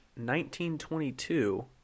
1922